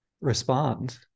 respond